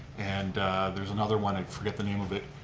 and there's another one, i forget the name of it,